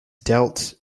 dealt